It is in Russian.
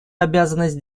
обязанность